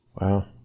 Wow